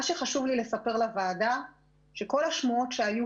חשוב לי לספר לוועדה שכל השמועות שהיו